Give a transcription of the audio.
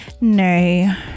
No